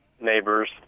neighbors